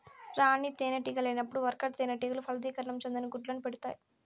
రాణి తేనెటీగ లేనప్పుడు వర్కర్ తేనెటీగలు ఫలదీకరణం చెందని గుడ్లను పెడుతాయి